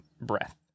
breath